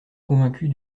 convaincue